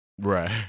Right